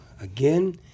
again